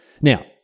Now